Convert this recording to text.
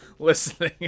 listening